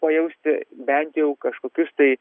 pajausti bent jau kažkokius tai